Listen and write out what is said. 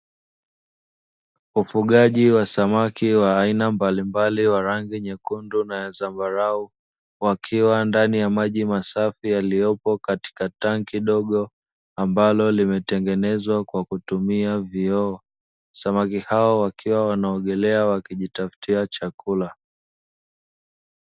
Ufugaji wa samaki wa aina mbalimbali wa rangi nyekundu na zambarau, wakiwa ndani ya maji masafi yaliyopo katika tanki dogo ambalo limetengenezwa kwa kutumia vioo. Samaki hao wakiwa wanaogelea wakijitafutia chakula.